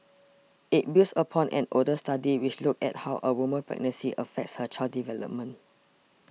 it builds upon an older study which looked at how a woman's pregnancy affects her child's development